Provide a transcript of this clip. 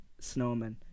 snowmen